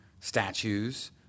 statues